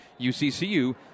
UCCU